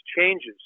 changes